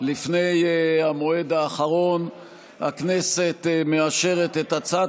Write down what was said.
לפני המועד האחרון הכנסת מאשרת את הצעת